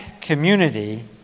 community